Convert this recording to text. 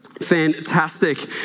Fantastic